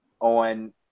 on